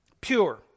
Pure